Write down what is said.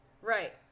Right